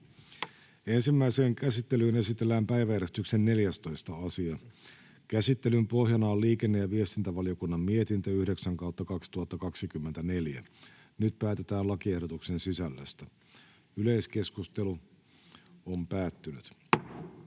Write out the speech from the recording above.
Ensimmäiseen käsittelyyn esitellään päiväjärjestyksen 13. asia. Käsittelyn pohjana on talousvaliokunnan mietintö TaVM 13/2024 vp. Nyt päätetään lakiehdotusten sisällöstä. — Valiokunnan